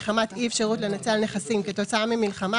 מחמת אי-אפשרות לנצל נכסים כתוצאה ממלחמה